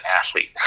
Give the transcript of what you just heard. athlete